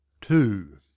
two